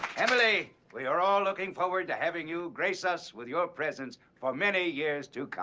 emily! we are all looking forward to having you grace us with your presence for many years to